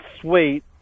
sweet